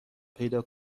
پیدا